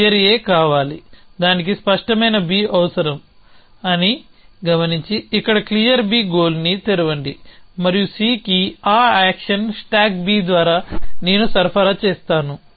clear A కావాలి దానికి స్పష్టమైన B అవసరం అని గమనించి ఇక్కడ క్లియర్ B గోల్ని తెరవండి మరియు C కి ఆ యాక్షన్ స్టాక్ B ద్వారా నేను సరఫరా చేస్తాను